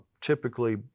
typically